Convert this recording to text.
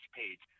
page